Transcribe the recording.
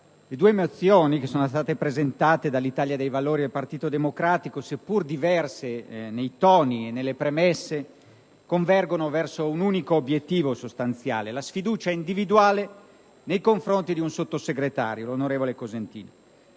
le due mozioni presentate dall'Italia dei Valori e dal Partito Democratico, seppur diverse nei toni e nelle premesse, convergono verso un unico obiettivo sostanziale: la sfiducia individuale nei confronti di un sottosegretario, l'onorevole Cosentino.